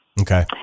Okay